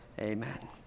Amen